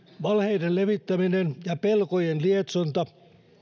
valheiden levittäminen ja pelkojen lietsonta